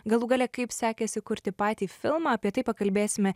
galų gale kaip sekėsi kurti patį filmą apie tai pakalbėsime